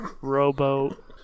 Rowboat